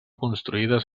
construïdes